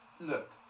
look